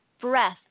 breath